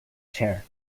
chair